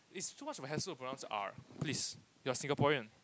it's so much of a hassle to pronounce R please you're Singaporean